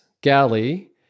galley